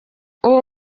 uwo